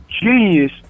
genius